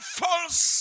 false